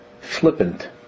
flippant